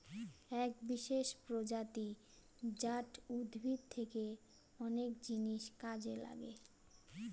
এক বিশেষ প্রজাতি জাট উদ্ভিদ থেকে অনেক জিনিস কাজে লাগে